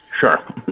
Sure